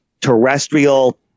terrestrial